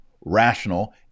rational